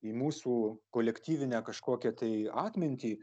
į mūsų kolektyvinę kažkokią tai atmintį